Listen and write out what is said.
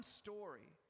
story